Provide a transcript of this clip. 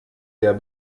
der